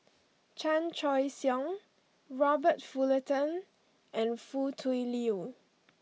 Chan Choy Siong Robert Fullerton and Foo Tui Liew